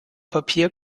papier